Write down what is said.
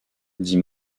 dit